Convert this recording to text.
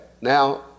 now